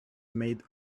made